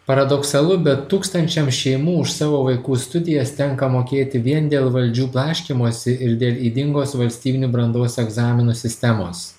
paradoksalu bet tūkstančiams šeimų už savo vaikų studijas tenka mokėti vien dėl valdžių blaškymosi ir dėl ydingos valstybinių brandos egzaminų sistemos